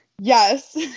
Yes